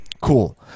Cool